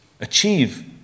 achieve